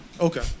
Okay